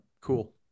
Cool